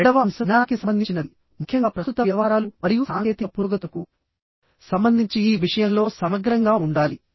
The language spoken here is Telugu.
రెండవ అంశం జ్ఞానానికి సంబంధించినది ముఖ్యంగా ప్రస్తుత వ్యవహారాలు మరియు సాంకేతిక పురోగతులకు సంబంధించి ఈ విషయంలో సమగ్రంగా ఉండాలి